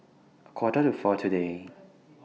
A Quarter to four today